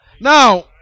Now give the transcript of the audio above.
Now